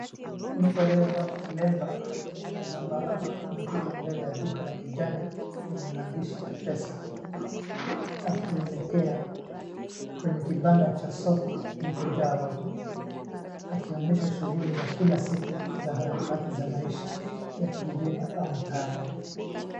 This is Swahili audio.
Mtu aliyevaa kilemba ya zambarau anapita mbele ya duka la kijani lenye maandishi M-PESA akielekea kwenye kibanda cha soko kilichojaa watu, akionyesha shughuli za kila siku za harakati za maisha ya kijijini au mtaani.